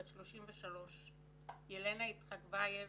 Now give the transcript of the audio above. בת 33. ילנה יצחקבייב,